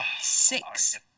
six